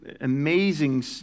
amazing